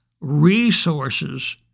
resources